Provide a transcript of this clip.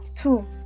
two